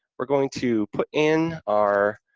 we're going to put in our